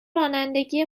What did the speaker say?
رانندگی